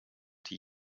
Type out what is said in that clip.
die